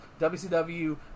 WCW